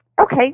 Okay